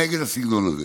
נגד הסגנון הזה,